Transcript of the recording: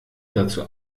dazu